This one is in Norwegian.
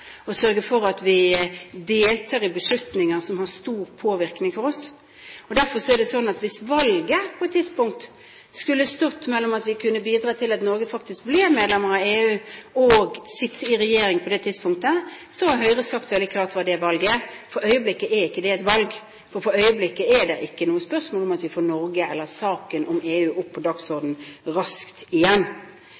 videre, sørge for at vi deltar i beslutninger som har stor påvirkning på oss. Derfor er det sånn at hvis valget på et tidspunkt skulle stå mellom det å bidra til at Norge faktisk blir medlem av EU og det å sitte i regjering på det tidspunktet, så har Høyre sagt veldig klart hva det valget er. For øyeblikket er ikke det et valg, for øyeblikket er det i Norge ikke noe spørsmål å få denne saken raskt opp på